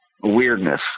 weirdness